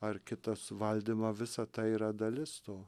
ar kitas valdymą visa tai yra dalis to